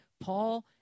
Paul